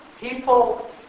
people